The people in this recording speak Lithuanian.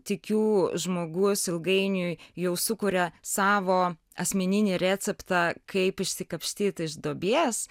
tykiu žmogus ilgainiui jau sukuria savo asmeninį receptą kaip išsikapstyt iš duobės